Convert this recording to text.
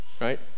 right